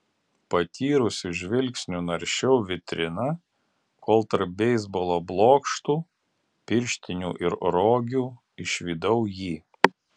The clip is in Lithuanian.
patyrusiu žvilgsniu naršiau vitriną kol tarp beisbolo blokštų pirštinių ir rogių išvydau jį